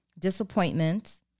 Disappointments